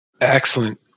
Excellent